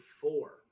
four